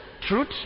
truth